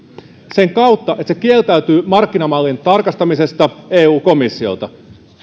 sen kautta että se kieltäytyy markkinamallin tarkastamisesta eu komissiolta